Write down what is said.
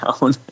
down